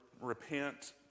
repent